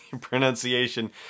pronunciation